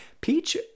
Peach